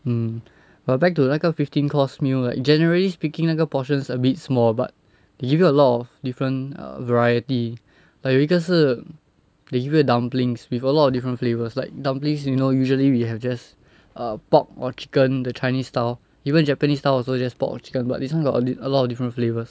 hmm but back to 那个 fifteen course meal right generally speaking 那个 portions a bit small but you get a lot of different variety like 有一个是 they give you dumplings with a lot of different flavours like dumplings you know usually we have just err pork or chicken the chinese style even japanese style also just pork or chicken but this [one] got a lot of different flavours